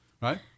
right